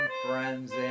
friends